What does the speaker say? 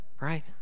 right